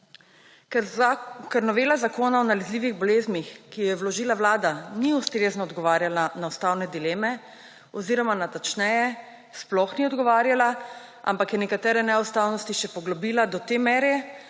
Ker novela Zakona o nalezljivih boleznih, ki jo je vložila Vlada, ni ustrezno odgovarjala na ustavne dileme oziroma, natančneje, sploh ni odgovarjala, ampak je nekatere neustavnosti še poglobila do te mere,